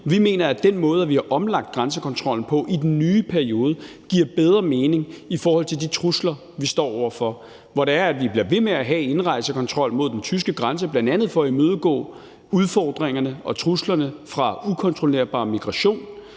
Vi mener, at den måde, vi har omlagt grænsekontrollen på i den nye periode, giver bedre mening i forhold til de trusler, vi står over for, hvor vi bliver ved med at have indrejsekontrol mod den tyske grænse, bl.a. for at imødegå udfordringerne og truslerne fra ukontrollerbar migration,